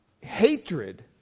hatred